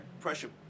Pressure